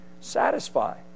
satisfy